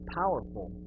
powerful